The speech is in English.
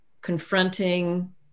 confronting